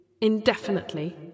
indefinitely